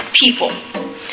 people